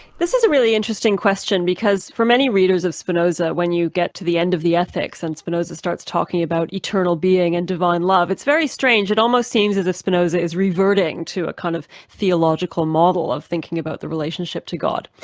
this is a really interesting question because for many readers of spinoza when you get to the end of the ethics and spinoza starts talking about eternal being and divine love, it's very strange it almost seems that spinoza spinoza is reverting to a kind of theological model of thinking about the relationship to god.